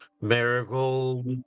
marigold